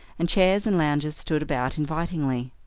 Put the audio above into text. and chairs and lounges stood about invitingly.